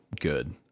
good